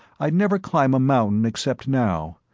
i'd never climb a mountain except now,